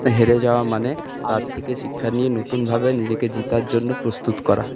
হেরে যাওয়া মানে তার থেকে শিক্ষা নিয়ে নতুনভাবে নিজেকে জেতার জন্য প্রস্তুত করা